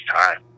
time